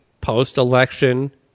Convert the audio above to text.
post-election